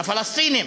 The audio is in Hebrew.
לפלסטינים,